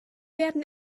werden